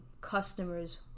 customers